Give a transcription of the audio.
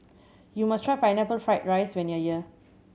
you must try Pineapple Fried rice when you are here